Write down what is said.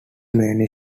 main